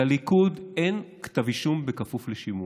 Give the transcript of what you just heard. לליכוד אין כתב אישום כפוף לשימוע.